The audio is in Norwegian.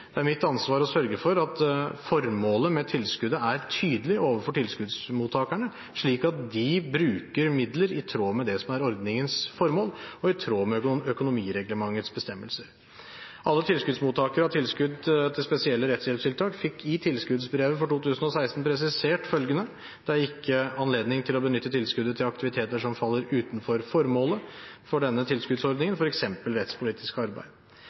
Det er mitt ansvar å sørge for at formålet med tilskuddet er tydelig overfor tilskuddsmottakerne, slik at de bruker midler i tråd med det som er ordningens formål, og i tråd med økonomireglementets bestemmelser. Alle tilskuddsmottakere av tilskudd til spesielle rettshjelpstiltak fikk i tilskuddsbrevet for 2016 presisert følgende: «Det er ikke anledning til å benytte tilskuddet til aktiviteter som faller utenfor formålet for denne tilskuddsordningen, for eksempel rettspolitisk arbeid.»